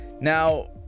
now